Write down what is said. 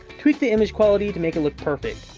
tweak the image quality to make it look perfect.